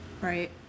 right